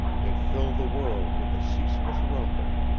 it filled the world with a ceaseless rumble,